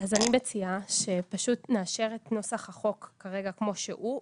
אז אני מציעה שפשוט נאשר את נוסח החוק כרגע כמו שהוא,